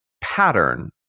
pattern